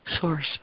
source